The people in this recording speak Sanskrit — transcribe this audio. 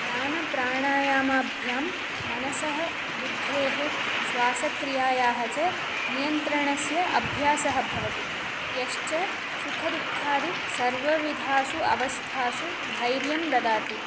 ध्यानप्राणायामाभ्यां मनसः बुद्धेः श्वासक्रियायाः च नियन्त्रणस्य अभ्यासः भवति यश्च सुखदुःखादि सर्वविधासु अवस्थासु धैर्यं ददाति